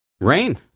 Rain